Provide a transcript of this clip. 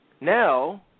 now